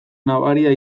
nabaria